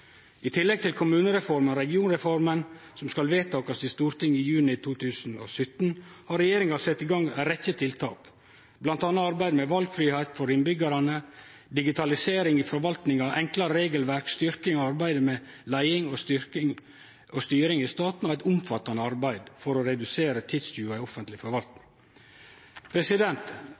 I tillegg til kommunereforma og regionreforma, som skal vedtakast i Stortinget i juni 2017, har regjeringa sett i gang ei rekkje tiltak, bl.a. arbeid med valfridom for innbyggjarane, digitalisering i forvaltninga, enklare regelverk, styrking av arbeidet med leiing og styring i staten og eit omfattande arbeid for å redusere tidstjuvar i offentleg forvaltning.